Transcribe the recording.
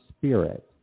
spirit